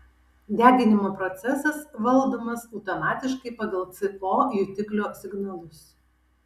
deginimo procesas valdomas automatiškai pagal co jutiklio signalus